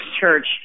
church